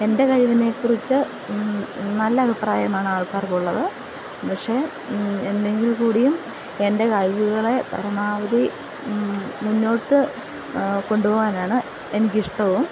എൻ്റെ കഴിവിനെ കുറിച്ച് നല്ല അഭിപ്രായമാണ് ആൾക്കാർക്ക് ഉള്ളത് പക്ഷേ എന്നെങ്കിൽ കൂടിയും എൻ്റെ കഴിവുകളെ പരമാവധി മുന്നോട്ട് കൊണ്ടുപോകാനാണ് എനിക്കിഷ്ടവും